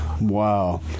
Wow